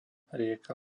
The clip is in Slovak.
rieka